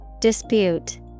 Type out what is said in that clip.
Dispute